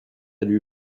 lui